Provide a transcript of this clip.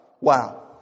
Wow